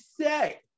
say